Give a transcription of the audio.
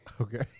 Okay